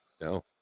No